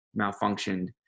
malfunctioned